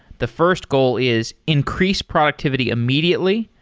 the first goal is increase productivity immediately.